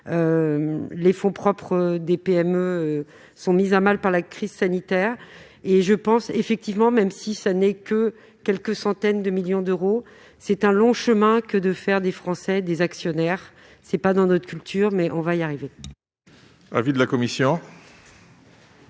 Les fonds propres des PME sont mis à mal par la crise sanitaire. Même si cela ne permettrait d'engranger que quelques centaines de millions d'euros, c'est un long chemin que de faire des Français des actionnaires. Cela n'est pas dans notre culture, mais nous y arriverons.